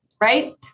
right